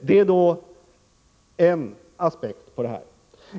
Detta är en aspekt på saken.